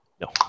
No